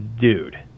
Dude